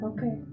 Okay